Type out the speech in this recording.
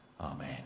amen